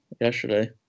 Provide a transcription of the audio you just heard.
yesterday